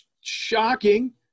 shocking